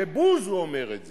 בבוז הוא אומר את זה.